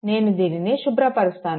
నేను దీనిని శుభ్రపరుస్తాను